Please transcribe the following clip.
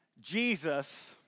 Jesus